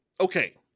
okay